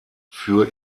für